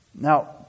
Now